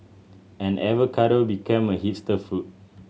and avocado became a hipster food